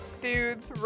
dudes